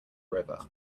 river